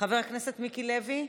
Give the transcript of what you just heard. חבר כנסת מיקי לוי?